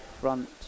front